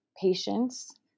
patience